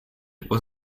was